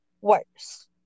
worse